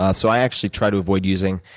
ah so i actually try to avoid using,